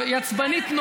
היא עצבנית.